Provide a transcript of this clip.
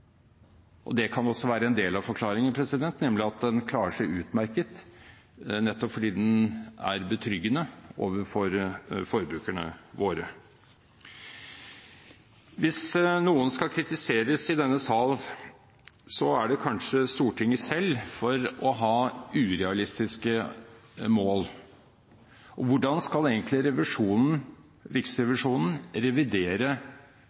og det kan også være en del av forklaringen, nemlig at den klarer seg utmerket nettopp fordi den er betryggende overfor forbrukerne våre. Hvis noen skal kritiseres i denne sal, er det kanskje Stortinget selv, for å ha urealistiske mål. Hvordan skal egentlig